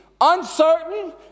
uncertain